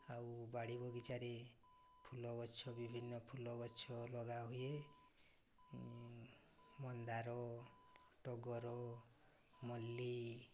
ଆଉ ବାଡ଼ି ବଗିଚାରେ ଫୁଲ ଗଛ ବିଭିନ୍ନ ଫୁଲ ଗଛ ଲଗାହୁଏ ମନ୍ଦାର ଟଗର ମଲ୍ଲି